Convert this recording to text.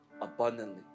abundantly